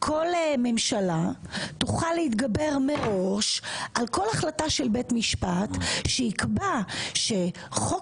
כל ממשלה תוכל להתגבר מראש על כל החלטה של בית משפט שיקבע שחוק